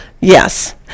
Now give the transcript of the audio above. Yes